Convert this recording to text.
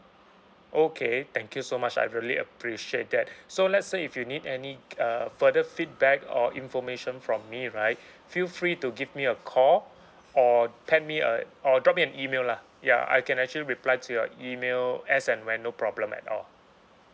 okay thank you so much I really appreciate that so let's say if you need any uh further feedback or information from me right feel free to give me a call or pen me a or drop me an email lah ya I can actually reply to your email as and when no problem at all